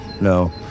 No